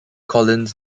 collins